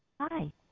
Hi